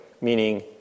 meaning